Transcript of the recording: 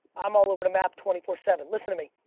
i'm all over the map twenty four seven. listen to me,